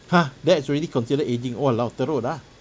!huh! that's already considered ageing !walao! teruk lah